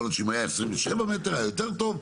יכול להיות שאם היו 27 מטרים זה היה יותר טוב,